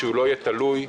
שלא יהיו תלוי.